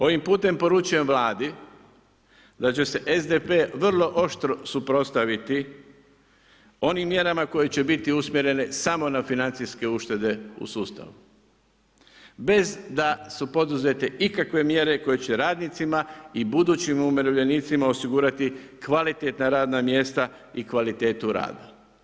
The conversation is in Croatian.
Ovim putem poručujem Vladi da će se SDP vrlo oštro suprotstaviti onim mjerama koje će biti usmjerene samo na financijske uštede u sustavu, bez da su poduzete ikakve mjere koje će radnicima i budućim umirovljenicima osigurati kvalitetna radna mjesta i kvalitetu rada.